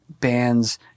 bands